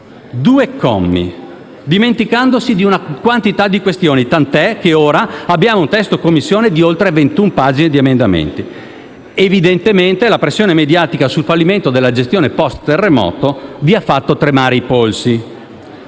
terremoto, dimenticandosi di una quantità di questioni. Ora, infatti, in Commissione abbiamo un testo di oltre 21 pagine di emendamenti: evidentemente, la pressione mediatica sul fallimento della gestione post-terremoto vi ha fatto tremare i polsi.